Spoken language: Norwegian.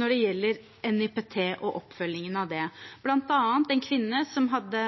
når det gjelder NIPT og oppfølgingen av det, bl.a. en kvinne som hadde